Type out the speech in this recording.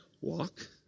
walk